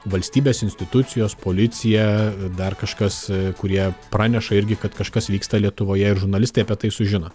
valstybės institucijos policija dar kažkas kurie praneša irgi kad kažkas vyksta lietuvoje ir žurnalistai apie tai sužino